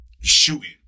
shooting